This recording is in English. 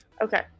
Okay